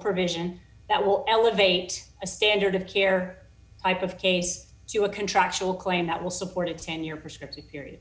provision that will elevate a standard of care of case to a contractual claim that will support a ten year prescription period